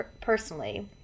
personally